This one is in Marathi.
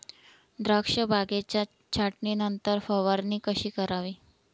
द्राक्ष बागेच्या छाटणीनंतर फवारणी कशी करावी?